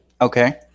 Okay